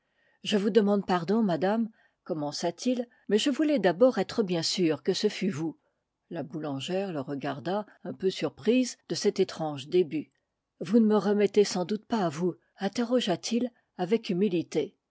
je vous demande pardon madame commença-t-il mais je voulais d'abord être bien sûr que ce fût vous la boulangère le regarda un peu surprise de cet étrange début vous ne me remettez sans doute pas vous interrogeat il avec humilité